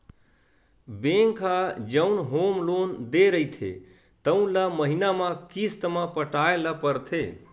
bank ह जउन home loan दे रहिथे तउन ल महिना म किस्त म पटाए ल परथे